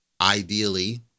ideally